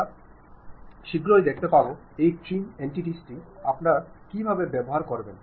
আমরা শীঘ্রই দেখতে পাব এই ট্রিম এনটিটিএস আপনারা কীভাবে ব্যবহার করবেন